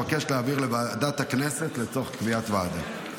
אבקש להעבירה לוועדת הכנסת לצורך קביעת ועדה.